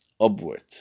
upward